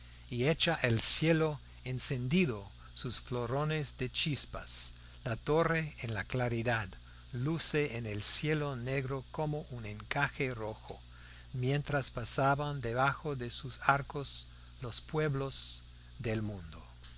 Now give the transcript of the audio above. y echa al cielo encendido sus florones de chispas la torre en la claridad luce en el cielo negro como un encaje rojo mientras pasan debajo de sus arcos los pueblos del mundo